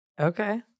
okay